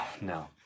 no